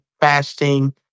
fasting